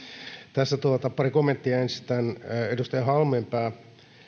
tässä pari kommenttia ensin edustaja halmeenpää